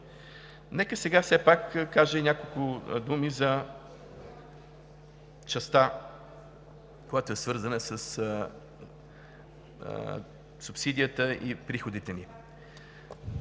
Нека сега все пак да кажа и няколко думи за частта, която е свързана със субсидията и приходите ни.